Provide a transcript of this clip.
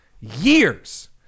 years